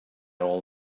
all